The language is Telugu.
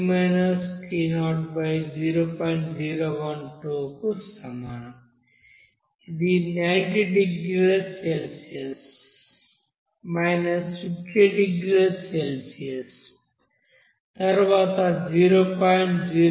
ఇది 90 డిగ్రీల సెల్సియస్ మీ తుది టెంపరేచర్ 50 డిగ్రీల సెల్సియస్ ఇనీషియల్ టెంపరేచర్ తర్వాత 0